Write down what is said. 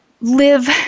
live